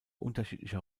unterschiedlicher